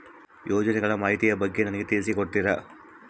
ಯೋಜನೆಗಳ ಮಾಹಿತಿ ಬಗ್ಗೆ ನನಗೆ ತಿಳಿಸಿ ಕೊಡ್ತೇರಾ?